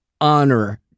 honor